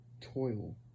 toil